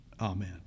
Amen